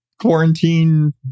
quarantine